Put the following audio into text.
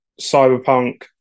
cyberpunk